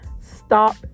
stop